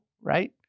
right